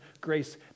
grace